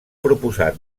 proposat